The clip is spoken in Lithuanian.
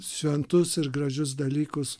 šventus ir gražius dalykus